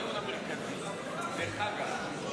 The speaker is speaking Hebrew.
הצעת חוק שוברים להשלמת לימודי בסיס בחינוך הבלתי-פורמלי,